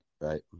Right